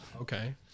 Okay